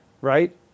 right